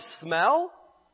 smell